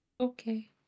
Okay